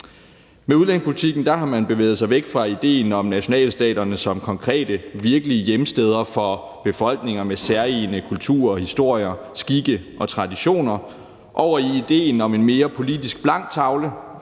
Med udlændingepolitikken har man bevæget sig væk fra idéen om nationalstaterne som konkrete, virkelige hjemsteder for befolkninger med særegne kulturer og historie, skikke og traditioner over til idéen om en mere blank tavle